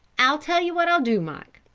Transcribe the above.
i'll tell you what i'll do, mike.